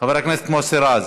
חבר הכנסת מוסי רז,